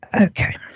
okay